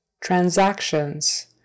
Transactions